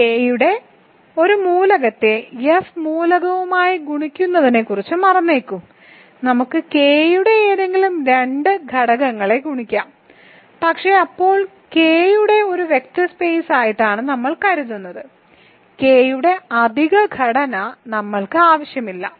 K യുടെ ഒരു മൂലകത്തെ F മൂലകവുമായി ഗുണിക്കുന്നതിനെക്കുറിച്ച് മറന്നേക്കൂ നമുക്ക് K യുടെ ഏതെങ്കിലും രണ്ട് ഘടകങ്ങളെ ഗുണിക്കാം പക്ഷേ എപ്പോൾ K യുടെ ഒരു വെക്റ്റർ സ്പെയ്സായിട്ടാണ് നമ്മൾ കരുതുന്നത് K യുടെ അധിക ഘടന നമ്മൾക്ക് ആവശ്യമില്ല